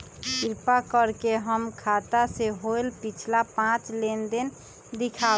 कृपा कर के हमर खाता से होयल पिछला पांच लेनदेन दिखाउ